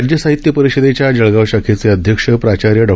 राज्य साहित्य परिषदेच्या जळगाव शाखेचे अध्यक्ष प्राचार्य डॉ